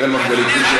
אראל מרגלית,